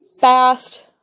fast